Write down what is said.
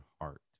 heart